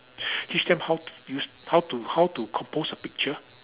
teach them how to use how to how to compose a picture